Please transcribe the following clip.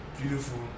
beautiful